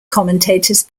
commentators